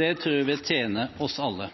Det tror jeg vil tjene oss alle.